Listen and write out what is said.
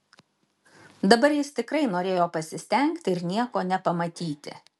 dabar jis tikrai norėjo pasistengti ir nieko nepamatyti